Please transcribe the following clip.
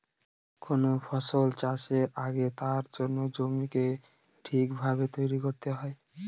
কোন ফসল চাষের আগে তার জন্য জমিকে ঠিক ভাবে তৈরী করতে হয়